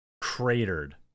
cratered